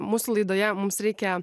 mūsų laidoje mums reikia